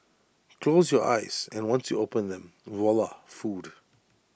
close your eyes and once you open them voila food